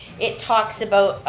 it talks about,